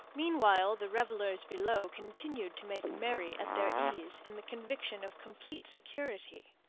meanwhile the revellers below continued to make merry at their ease in the conviction of complete security.